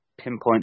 pinpoint